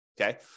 Okay